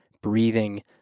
breathing